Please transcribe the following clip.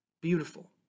beautiful